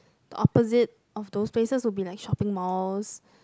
opposite of those places would be like shopping malls